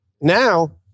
Now